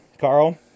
Carl